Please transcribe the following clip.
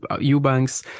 Eubanks